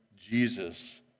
Jesus